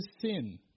sin